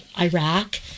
Iraq